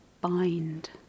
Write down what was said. bind